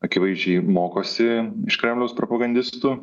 akivaizdžiai mokosi iš kremliaus propagandistų